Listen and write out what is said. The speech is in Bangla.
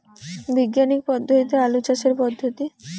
বিজ্ঞানিক পদ্ধতিতে আলু চাষের পদ্ধতি?